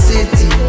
City